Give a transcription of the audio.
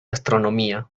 astronomía